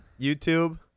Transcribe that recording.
YouTube